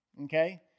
Okay